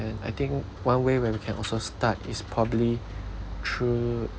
and I think one way where we can also start is probably through